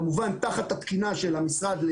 כמובן תחת התקינה של המשרד,